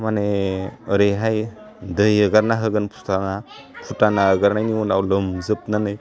माने ओरैहाय दै हगारना होगोन भुटाना भुटाना होगोरनायनि उनाव लोमजोबनानै